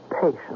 Patience